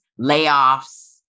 layoffs